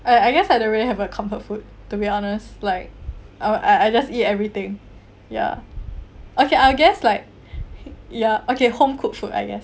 uh I guess I don't really have a comfort food to be honest like uh I I just eat everything ya okay I'll guess like ya okay home cooked food I guess